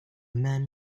men